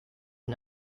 and